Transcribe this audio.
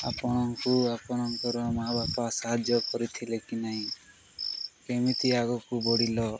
ଆପଣଙ୍କୁ ଆପଣଙ୍କର ମାଆ ବାପା ସାହାଯ୍ୟ କରିଥିଲେ କି ନାହିଁ କେମିତି ଆଗକୁ ବଢ଼ିଲ